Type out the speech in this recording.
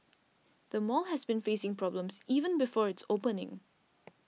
the mall has been facing problems even before its opening